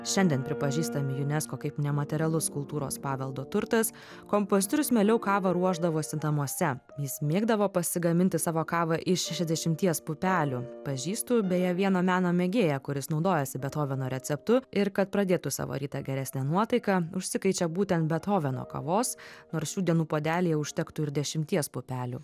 šiandien pripažįstami unesco kaip nematerialus kultūros paveldo turtas kompozitorius mieliau kavą ruošdavosi namuose jis mėgdavo pasigaminti savo kavą iš šešiasdešimties pupelių pažįstu beje vieną meno mėgėją kuris naudojasi bethoveno receptu ir kad pradėtų savo rytą geresne nuotaika užsikaičia būtent bethoveno kavos nors šių dienų puodelyje užtektų ir dešimties pupelių